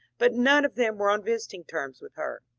but none of them were on visiting terms with her.